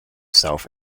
south